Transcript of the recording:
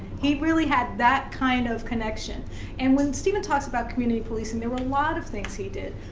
he really had that kind of connection and when stephen talks about community policing, there were a lot of things he did.